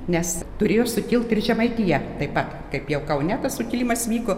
nes turėjo sukilt ir žemaitija taip pat kaip jau kaune tas sukilimas vyko